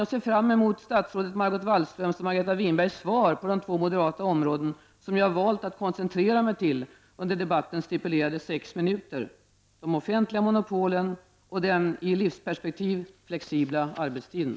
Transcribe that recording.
Jag ser fram emot statsrådet Margot Wallströms och Margareta Winbergs svar på frågeställningarna inom de två moderata områden som jag har valt att koncentrera mig till under debattens stipulerade sex minuter; de offentliga monopolen och den i livsperspektiv flexibla arbetstiden.